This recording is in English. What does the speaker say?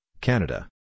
Canada